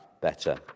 better